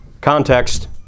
Context